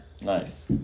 Nice